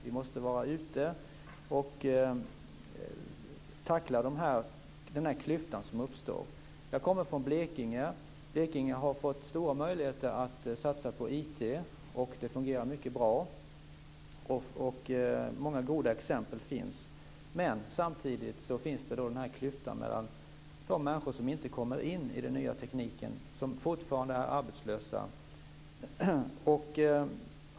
Vi måste vara ute och tackla den klyfta som uppstår. Jag kommer från Blekinge. Blekinge har fått stora möjligheter att satsa på IT. Det fungerar mycket bra och många goda exempel finns. Samtidigt finns klyftan till de människor som inte kommer in i den nya tekniken, som fortfarande är arbetslösa.